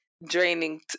Draining